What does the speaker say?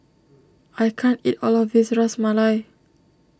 I can't eat all of this Ras Malai